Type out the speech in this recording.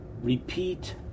repeat